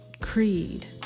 creed